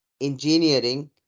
engineering